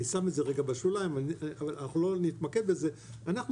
אני שם את זה רגע בשוליים ולא נתמקד בזה אנחנו